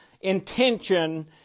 intention